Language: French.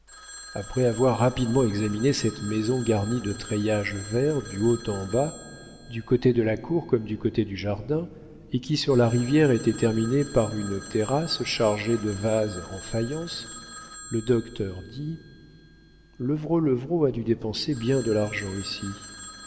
après avoir rapidement examiné cette maison garnie de treillages verts du haut en bas du côté de la cour comme du côté du jardin et qui sur la rivière était terminée par une terrasse chargée de vases en faïence le docteur dit levrault levrault a dû dépenser bien de l'argent ici